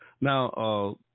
Now